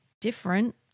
different